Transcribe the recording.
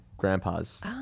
grandpas